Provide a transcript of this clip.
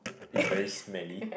it's very smelly